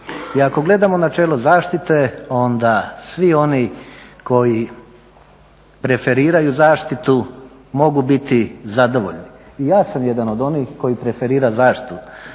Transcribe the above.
I ako gledamo načelo zaštite onda svi oni koji preferiraju zaštitu mogu biti zadovoljni. I ja sam jedan od onih koji preferira zaštitu,